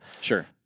Sure